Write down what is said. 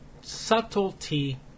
Subtlety